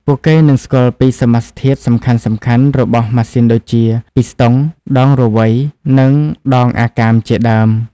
ពួកគេនឹងស្គាល់ពីសមាសធាតុសំខាន់ៗរបស់ម៉ាស៊ីនដូចជា ពីស្តុង, ដងរវៃ និង ដងអាកាម ជាដើម។